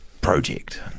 project